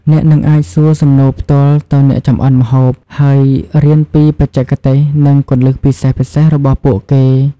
អ្នកនឹងអាចសួរសំណួរផ្ទាល់ទៅអ្នកចម្អិនម្ហូប ហើយរៀនពីបច្ចេកទេស និងគន្លឹះពិសេសៗរបស់ពួកគេ។